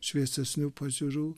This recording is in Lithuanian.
šviesesnių pažiūrų